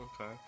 Okay